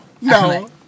No